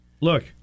Look